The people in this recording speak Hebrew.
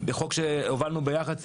זה חוק שהובלנו ביחד,